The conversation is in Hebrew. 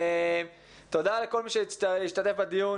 תודה לכל מי שהשתתף בדיון.